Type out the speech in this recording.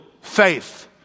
faith